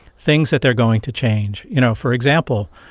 things that they are going to change. you know for example,